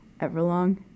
Everlong